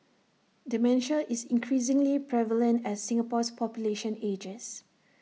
dementia is increasingly prevalent as Singapore's population ages